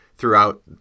throughout